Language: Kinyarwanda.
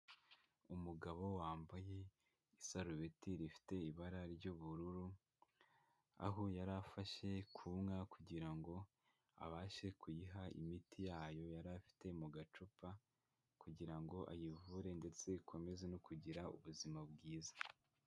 Umugabo wambaye isarubeti rifite ibara ry'ubururu, aho yari afashe ku nka kugira ngo abashe kuyiha imiti yayo yari afite mu gacupa kugira ngo ayivure ndetse ikomeze no kugira ubuzima bwiza.